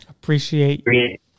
Appreciate